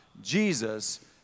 Jesus